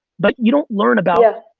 but you don't learn about,